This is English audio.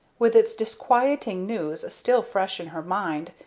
with its disquieting news still fresh in her mind,